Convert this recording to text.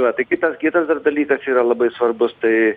va tai kitas kitas dar dalykas yra labai svarbus tai